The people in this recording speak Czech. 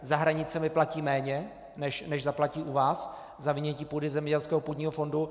Za hranicemi platí méně, než zaplatí u vás za vynětí půdy ze zemědělského půdního fondu.